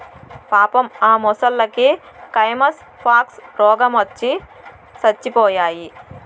పాపం ఆ మొసల్లకి కైమస్ పాక్స్ రోగవచ్చి సచ్చిపోయాయి